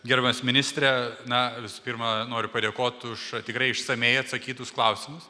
gerbiamas ministre na visų pirma noriu padėkot už tikrai išsamiai atsakytus klausimus